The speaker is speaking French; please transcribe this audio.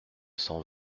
cent